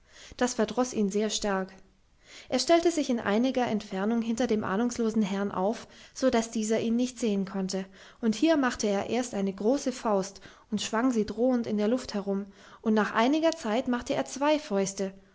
das verdroß ihn sehr stark er stellte sich in einiger entfernung hinter dem ahnungslosen herrn auf so daß dieser ihn nicht sehen konnte und hier machte er erst eine große faust und schwang sie drohend in der luft herum und nach einiger zeit machte er zwei fäuste